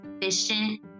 efficient